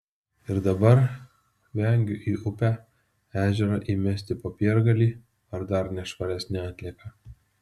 ir dabar vengiu į upę ežerą įmesti popiergalį ar dar nešvaresnę atlieką